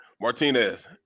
Martinez